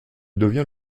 devient